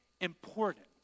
important